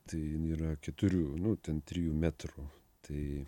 tai jin yra keturių nu ten trijų metrų tai